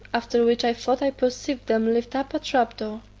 after which i thought i perceived them lift up a trap door.